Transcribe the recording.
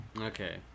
Okay